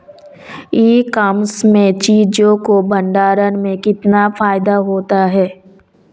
ई commerce में चीज़ों के भंडारण में कितना फायदा होता है?